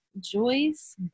Joyce